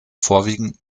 vorwiegend